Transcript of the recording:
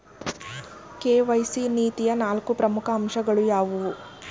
KYC ನೀತಿಯ ನಾಲ್ಕು ಪ್ರಮುಖ ಅಂಶಗಳು ಯಾವುವು?